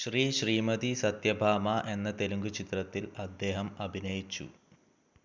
ശ്രീ ശ്രീമതി സത്യഭാമ എന്ന തെലുങ്ക് ചിത്രത്തിൽ അദ്ദേഹം അഭിനയിച്ചു